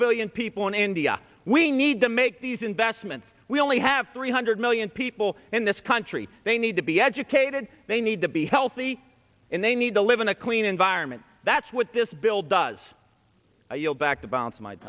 billion people in india we need to make these investments we only have three hundred million people in this country they need to be educated they need to be healthy and they need to live in a clean environment that's what this bill does you know back to bounce my